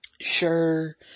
sure